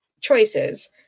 choices